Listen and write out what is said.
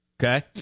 Okay